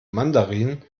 mandarin